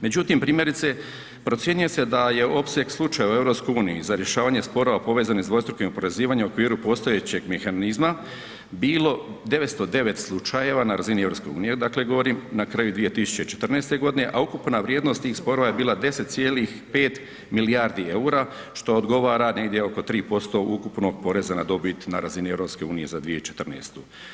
Međutim, primjerice procjenjuje se da je opseg slučajeva u EU za rješavanje sporova povezane s dvostrukim oporezivanjem u okviru postojećeg mehanizma, bilo 909 slučajeva na razini EU, dakle govorim na kraju 2014.g., a ukupna vrijednost tih sporova je bila 10,5 milijardi EUR-a, što odgovara negdje oko 3% ukupnog poreza na dobit na razini EU za 2014.